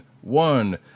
one